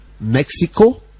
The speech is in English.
Mexico